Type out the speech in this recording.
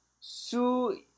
Su